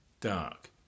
dark